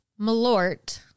Malort